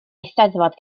eisteddfod